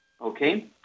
okay